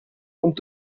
und